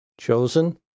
chosen